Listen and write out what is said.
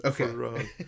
Okay